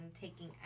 taking